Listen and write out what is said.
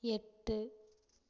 எட்டு